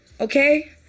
okay